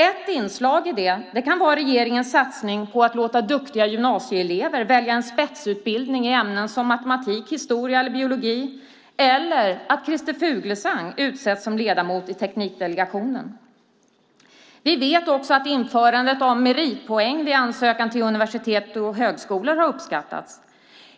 Ett inslag i det kan vara regeringens satsning på att låta duktiga gymnasieelever välja en spetsutbildning i ämnen som matematik, historia och biologi eller att Christer Fuglesang har utsetts som ledamot i Teknikdelegationen. Vi vet också att införandet av meritpoäng vid ansökan till universitet och högskolor har uppskattats.